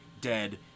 dead